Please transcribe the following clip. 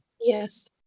Yes